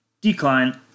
Decline